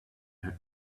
her